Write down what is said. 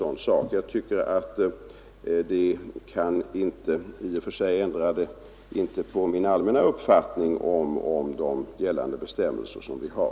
Det kan dock i och för sig inte ändra min allmänna uppfattning om gällande bestämmelser.